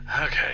Okay